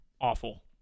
awful